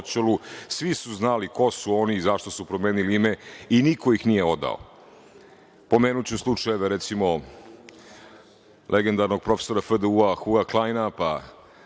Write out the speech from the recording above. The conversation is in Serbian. svi su znali ko su oni, zašto su promenili ime i niko ih nije odao. Pomenuću slučajeve recimo legendarnog profesora FDU Hua Klajna, pa